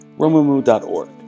romumu.org